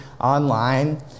online